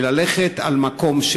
וללכת למקום,